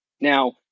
Now